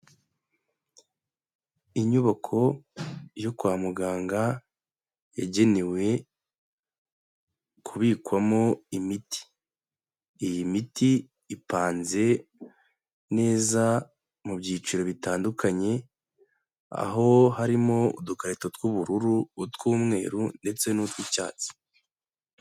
Inyubako yo kwa muganga yagenewe kubikwamo imiti, iyi miti ipanze neza mu byiciro bitandukanye, aho harimo udukarito tw'ubururu utw'umweru ndetse n'utw'icyatsi.